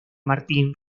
martín